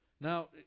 Now